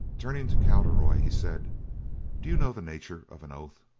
turning to cowderoy, he said do you know the nature of an oath?